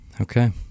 Okay